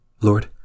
Lord